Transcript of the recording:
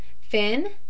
Finn